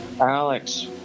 Alex